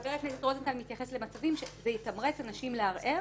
חבר הכנסת רוזנטל מתייחס למצבים שזה יתמרץ אנשים לערער